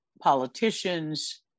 politicians